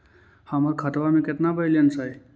हमर खतबा में केतना बैलेंस हई?